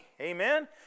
amen